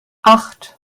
acht